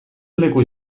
leku